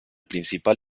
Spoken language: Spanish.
principal